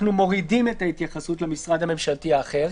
אנחנו מורידים את ההתייחסות למשרד הממשלתי האחר,